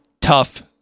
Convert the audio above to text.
tough